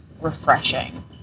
refreshing